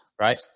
right